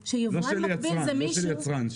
יבואן מקביל זה מישהו --- לא של יצרן.